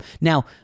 Now